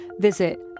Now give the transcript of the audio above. visit